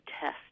test